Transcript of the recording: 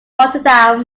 rotterdam